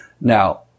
Now